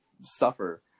suffer